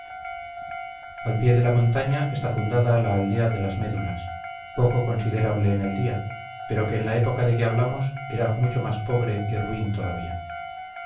al pie de la montaña está fundada la aldea de las médulas poco considerable en el día pero que en la época de que hablamos era mucho más pobre y ruin todavía